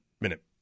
minute